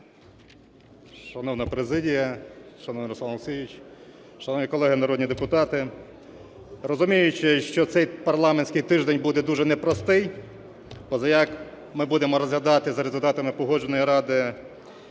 Шановна президія, шановний Руслан Олексійович, шановні колеги народні депутати! Розуміючи, що цей парламентський тиждень буде дуже непростий, позаяк ми будемо розглядати за результатами Погоджувальної ради